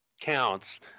counts